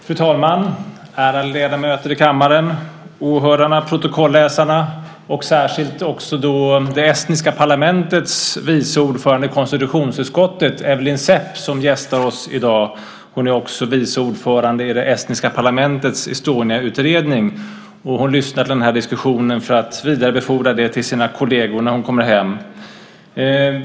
Fru talman! Ärade ledamöter i kammaren! Åhörare och protokollsläsare! Jag vänder mig särskilt också till det estniska parlamentets konstitutionsutskotts vice ordförande Evelyn Sepp som gästar oss i dag. Hon är också vice ordförande i det estniska parlamentets Estoniautredning och har lyssnat till den här diskussionen för att vidarebefordra den till sina kolleger när hon kommer hem.